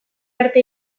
arte